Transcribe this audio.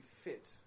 fit